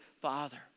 Father